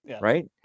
right